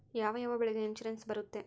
ಯಾವ ಯಾವ ಬೆಳೆಗೆ ಇನ್ಸುರೆನ್ಸ್ ಬರುತ್ತೆ?